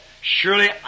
Surely